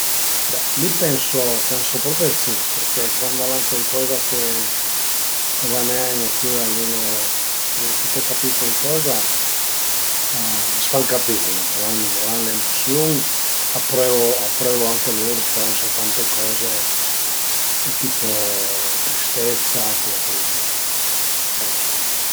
Be mi pensu pensu propi dë si përché cuand al an cuaicoza che a va nen opüra a völu a völu fete capì cuaicoza a s'fan capì comuncue, al an al an l'emusiun, a prövu a prövu anche lur pensu tante coze tipo tristezza cule coze li pensu